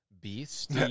beast